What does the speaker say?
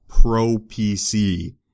pro-PC